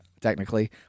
Technically